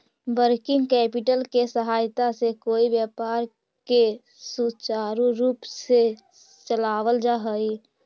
working capital के सहायता से कोई व्यापार के सुचारू रूप से चलावल जा हई